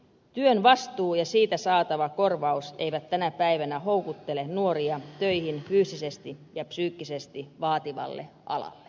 työn vastuu ja siitä saatava korvaus eivät tänä päivänä houkuttele nuoria töihin fyysisesti ja psyykkisesti vaativalle alalle